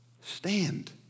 Stand